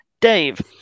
Dave